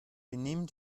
benimm